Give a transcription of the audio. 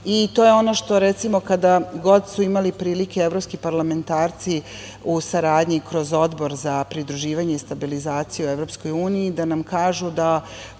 i to je ono što, recimo, kada god su imali prilike evropski parlamentarci u saradnji kroz Odbor za pridruživanje i stabilizaciju EU da nam kažu da